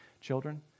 children